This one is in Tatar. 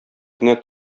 кенә